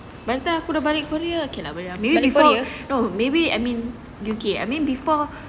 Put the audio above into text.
but later aku dah balik korea okay lah no I mean U_K